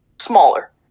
smaller